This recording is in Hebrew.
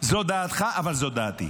זו דעתך, אבל זו דעתי.